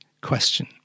question